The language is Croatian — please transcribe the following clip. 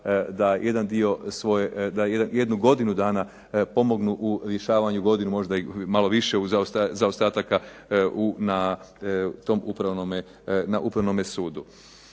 da jednu godinu dana pomognu u rješavanju godinu i malo više zaostataka na Upravnom sudu.